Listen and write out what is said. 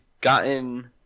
gotten